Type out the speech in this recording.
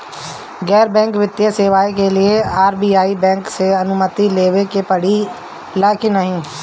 गैर बैंकिंग वित्तीय सेवाएं के लिए आर.बी.आई बैंक से अनुमती लेवे के पड़े ला की नाहीं?